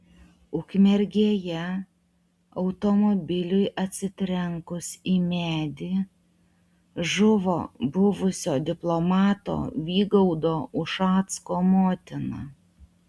ukmergėje automobiliui atsitrenkus į medį žuvo buvusio diplomato vygaudo ušacko motina